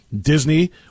Disney